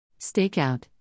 Stakeout